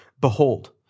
Behold